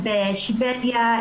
בשבדיה,